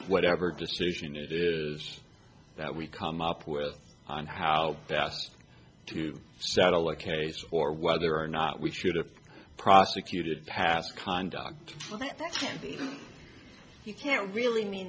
whatever decision it is that we come up with on how to settle a case or whether or not we should have prosecuted past conduct you can't really mean